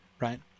right